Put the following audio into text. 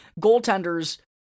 goaltenders